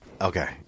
Okay